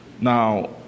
Now